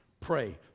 Pray